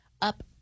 up